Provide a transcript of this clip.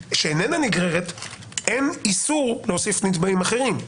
שאיננה נגררת אין איסור להוסיף נתבעים אחרים,